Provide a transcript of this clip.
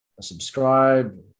subscribe